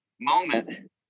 moment